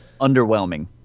underwhelming